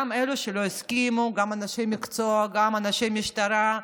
גם אלה שלא הסכימו, גם אנשי מקצוע, גם אנשי משטרה,